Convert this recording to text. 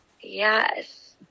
Yes